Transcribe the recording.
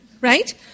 Right